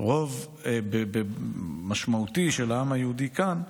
רוב משמעותי של העם היהודי כאן,